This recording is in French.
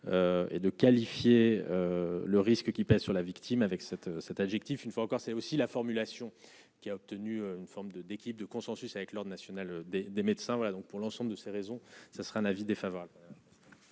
et de qualifier le risque qui pèse sur la victime avec cet cet adjectif, une fois encore, c'est aussi la formulation qui a obtenu une forme de d'équipes de consensus avec l'Ordre national des des médecins, voilà donc pour l'ensemble de ces raisons, ce sera un avis défavorable.